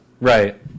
Right